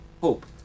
hope